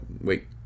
Wait